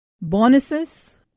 bonuses